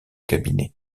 cabinet